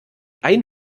ein